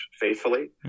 faithfully